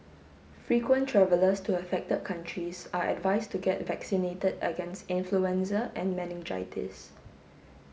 frequent travellers to affected countries are advised to get vaccinated against influenza and meningitis